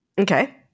Okay